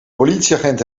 politieagent